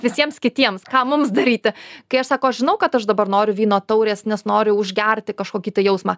visiems kitiems ką mums daryti kai aš sako aš žinau kad aš dabar noriu vyno taurės nes noriu užgerti kažkokį tai jausmą